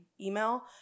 email